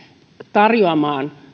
tarjoamaan